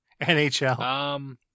NHL